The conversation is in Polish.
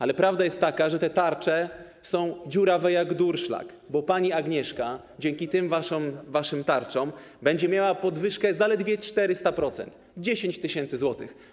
Ale prawda jest taka, że te tarcze są dziurawe jak durszlak, bo pani Agnieszka dzięki tym waszym tarczom będzie miała podwyżkę zaledwie 400%, 10 tys. zł.